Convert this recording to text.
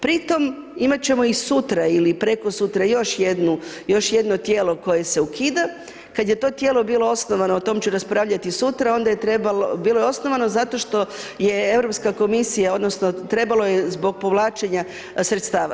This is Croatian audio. Pri tome imati ćemo i sutra ili prekosutra još jedno tijelo koje se ukida, kada je to tijelo bilo osnovano, o tome ću raspravljati sutra onda je trebalo, bilo je osnovano zato što je Europska komisija, odnosno trebalo je zbog povlačenja sredstava.